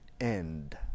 end